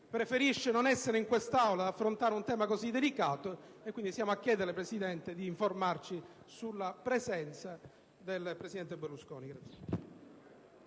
preferisca non essere in quest'Aula per affrontare un tema così delicato. Le chiediamo dunque, Presidente, di informarci sulla presenza o meno del presidente Berlusconi.